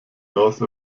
north